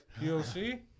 POC